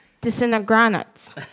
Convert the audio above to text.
Disintegrates